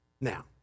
Now